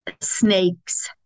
snakes